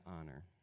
honor